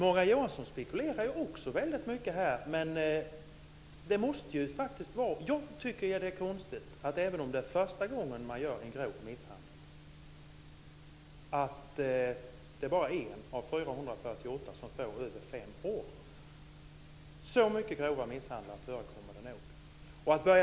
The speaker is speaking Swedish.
Fru talman! Också Morgon Johansson spekulerar väldigt mycket här. Jag tycker att det är konstigt att bara 1 av 448 som döms för grov misshandel får över 5 års fängelse, även om det bara skulle vara fråga om första gången. Så mycket grov misshandel förekommer det nog.